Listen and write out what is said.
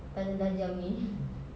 tajam-tajam ini